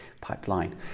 pipeline